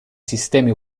sistemi